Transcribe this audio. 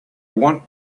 want